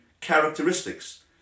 characteristics